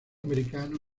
americano